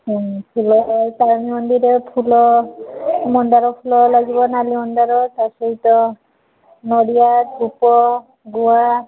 ହଁ ଫୁଲ ତାରିଣୀ ମନ୍ଦିରରେ ଫୁଲ ମନ୍ଦାର ଫୁଲ ଲାଗିବ ନାଲି ମନ୍ଦାର ତା' ସହିତ ନଡ଼ିଆ ଧୂପ ଗୁଆ